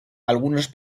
algunos